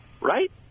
right